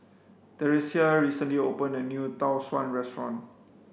Theresia recently opened a new Tau Suan restaurant